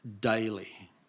daily